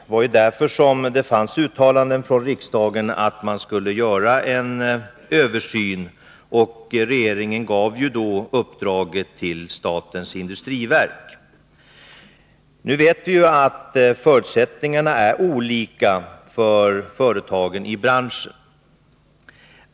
Det var därför riksdagen uttalade att man skulle göra en översyn, och regeringen gav det uppdraget till statens industriverk. Nu vet vi att förutsättningarna är olika för företagen i branschen.